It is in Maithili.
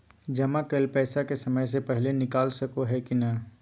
जमा कैल पैसा के समय से पहिले निकाल सकलौं ह की नय?